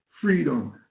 freedom